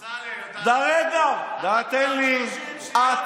אמסלם, אתה כבר 30 שניות עובד עלינו.